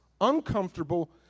uncomfortable